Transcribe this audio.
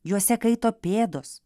juose kaito pėdos